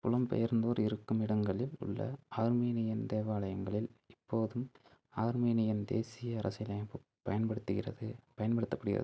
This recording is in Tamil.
புலம் பெயர்ந்தோர் இருக்குமிடங்களில் உள்ள ஆர்மீனியன் தேவாலயங்களில் இப்போதும் ஆர்மீனியன் தேசிய அரசியலமைப்பு பயன்படுத்துகிறது பயன்படுத்தப்படுகிறது